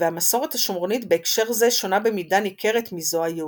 והמסורת השומרונית בהקשר זה שונה במידה ניכרת מזו היהודית.